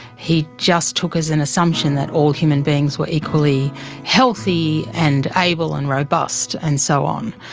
he just took as an assumption that all human beings were equally healthy and able and robust and so on,